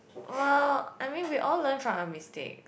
well I mean we all learn from our mistakes